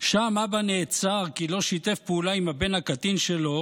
שם אבא נעצר כי לא שיתף פעולה עם הבן הקטין שלו,